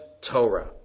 Torah